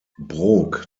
brok